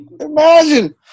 Imagine